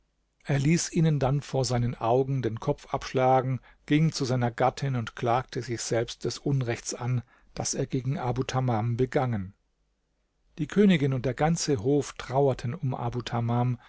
er ließ ihnen dann vor seinen augen den kopf abschlagen ging zu seiner gattin und klagte sich selbst des unrechts an das er gegen abu tamam begangen die königin und der ganze hof trauerten um abu tamam